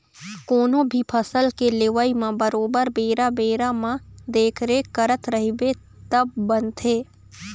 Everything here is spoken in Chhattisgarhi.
कोनो भी फसल के लेवई म बरोबर बेरा बेरा म देखरेख करत रहिबे तब बनथे